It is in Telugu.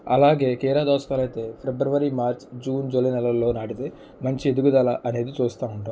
అలాగే కీర దోసకాయలైతే ఫిబ్రవరి మార్చ్ జూన్ జూలై నెలల్లో నాటితే మంచి ఎదుగుదల అనేది చూస్తా ఉంటాము